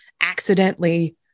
accidentally